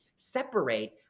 separate